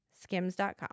skims.com